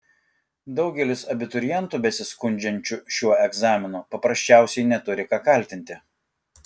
daugelis abiturientų besiskundžiančių šiuo egzaminu paprasčiausiai neturi ką kaltinti